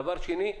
דבר שני,